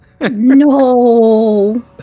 No